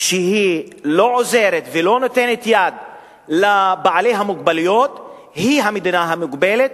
שלא עוזרת ולא נותנת יד לבעלי המוגבלויות היא מדינה מוגבלת,